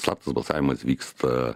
slaptas balsavimas vyksta